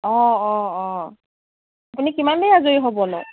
অঁ অঁ অঁ আপুনি কিমান দেৰিত আজৰি হ'বনো